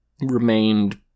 remained